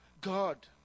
God